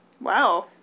Wow